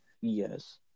Yes